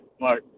Mark